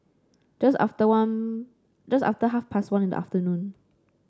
just after one just after half past one in the afternoon